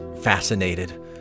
fascinated